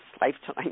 lifetime